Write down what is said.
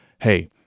hey